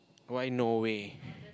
why Norway